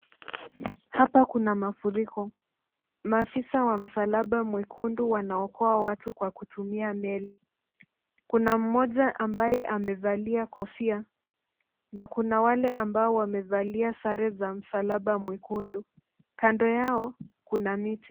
Hapa kuna mafuriko, maafisa wa msalaba mwekundu wanaokoa watu kwa kutumia meli kuna mmoja ambaye amevalia kofia na kuna wale ambao wamevalia sare za msalaba mwekundu, kando ya kuna miti.